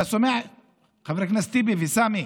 חברי הכנסת טיבי וסמי,